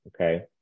okay